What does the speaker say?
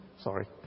Sorry